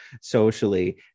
socially